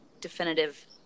definitive